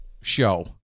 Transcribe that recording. show